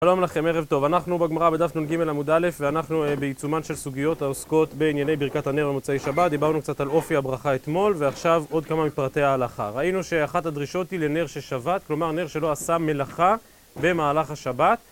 שלום לכם, ערב טוב. אנחנו בגמרא בדף נ"ג, עמוד א', ואנחנו בעיצומן של סוגיות העוסקות בענייני ברכת הנר ומוצאי שבת. דיברנו קצת על אופי הברכה אתמול, ועכשיו עוד כמה מפרטי ההלכה. ראינו שאחת הדרישות היא לנר ששבת, כלומר נר שלא עשה מלאכה במהלך השבת.